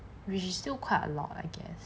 which is still quite a lot I guess